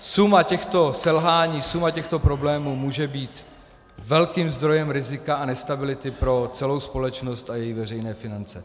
Suma těchto selhání, suma těchto problémů může být velkým zdrojem rizika a nestability pro celou společnost a její veřejné finance.